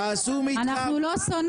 תעשו מתחם אנחנו לא שונאים,